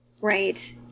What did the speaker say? right